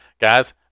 Guys